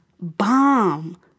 bomb